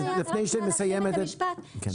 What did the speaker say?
בדיוק,